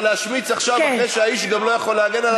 אבל להשמיץ עכשיו אחרי שהאיש לא יכול להגן על עצמו,